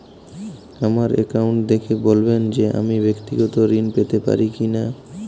আমার অ্যাকাউন্ট দেখে বলবেন যে আমি ব্যাক্তিগত ঋণ পেতে পারি কি না?